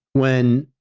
when,